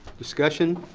discussion?